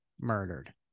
murdered